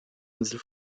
insel